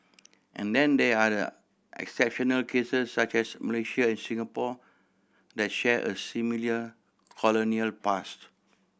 and then there are the exceptional cases such as Malaysia and Singapore that share a similar colonial past